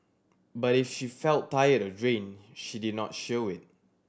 but if she felt tired or drained she did not show it